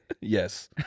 Yes